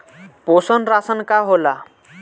पोषण राशन का होला?